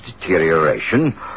deterioration